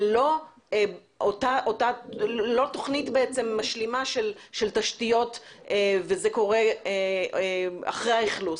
ללא תכנית משלימה של תשתיות וזה קורה אחרי האכלוס.